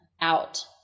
out